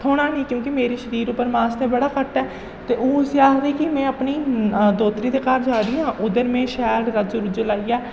थोह्ना निं क्योंकि मेरे शरीर उप्पर मास ते बड़ा घट्ट ऐ ते ओह् उसी आखदी कि में अपनी दोह्तरी दे घर जा दी आं उद्धर में शैल रज्ज रूज लाइयै